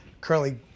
currently